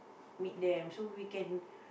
meet them so we can